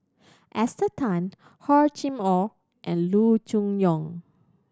Esther Tan Hor Chim Or and Loo Choon Yong